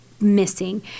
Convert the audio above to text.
missing